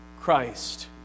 Christ